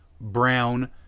Brown